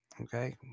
okay